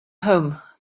home